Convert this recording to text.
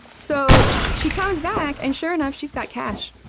so, she comes back, and sure enough, she's got cash.